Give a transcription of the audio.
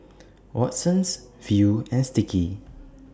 Watsons Viu and Sticky